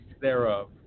thereof